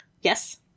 Yes